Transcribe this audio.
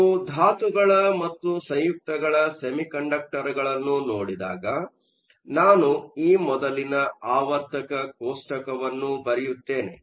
ನಾವು ಧಾತುಗಳ ಮತ್ತು ಸಂಯುಕ್ತಗಳ ಸೆಮಿಕಂಡಕ್ಟರ್ಗಳನ್ನು ನೋಡಿದಾಗ ನಾನು ಈ ಮೊದಲಿನ ಆವರ್ತಕ ಕೋಷ್ಟಕವನ್ನು ಬರೆಯುತ್ತೇನೆ